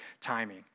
timing